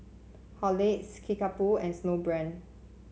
Horlicks Kickapoo and Snowbrand